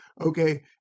okay